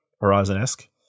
Horizon-esque